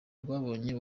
rwabonye